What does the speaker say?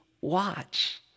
watch